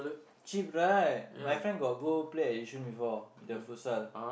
cheap right my friend got go play at Yishun before the futsal